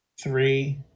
three